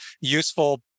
useful